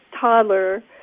toddler